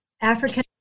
african